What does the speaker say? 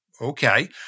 okay